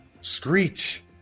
Screech